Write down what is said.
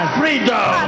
freedom